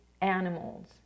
animals